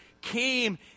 came